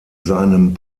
seinem